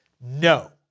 No